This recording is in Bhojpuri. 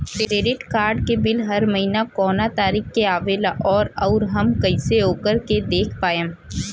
क्रेडिट कार्ड के बिल हर महीना कौना तारीक के आवेला और आउर हम कइसे ओकरा के देख पाएम?